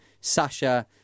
Sasha